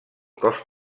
cos